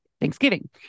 Thanksgiving